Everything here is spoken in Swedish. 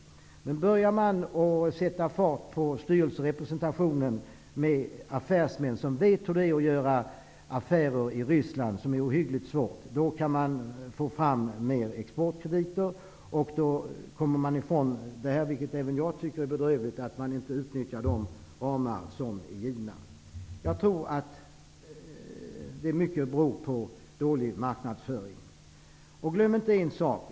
Om man börjar att sätta fart på styrelsen med affärsmän som vet hur det är att göra affärer i Ryssland -- det är ohyggligt svårt -- kan man lämna fler exportkrediter och komma ifrån det bedrövliga faktum att de ramar som är givna inte utnyttjas. Jag tror att detta i mycket beror på dålig marknadsföring.